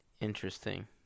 Interesting